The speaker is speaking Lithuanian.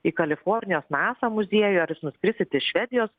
į kalifornijos nasa muziejų ar jūs nuskrisit į švedijos